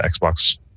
Xbox